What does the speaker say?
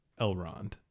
Elrond